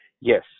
Yes